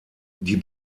die